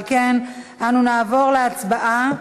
על כן אנו נעבור להצבעה.